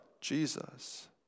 Jesus